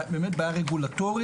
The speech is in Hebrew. באמת בעיה רגולטורית,